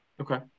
Okay